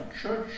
church